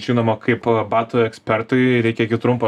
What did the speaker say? žinoma kaip batų ekspertui reikia gi trumpą